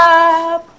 up